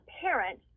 parent